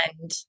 And-